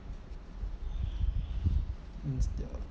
mm yup